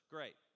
Great